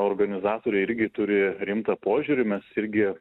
organizatoriai irgi turi rimtą požiūrį mes irgi